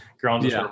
grounds